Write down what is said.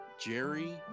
jerry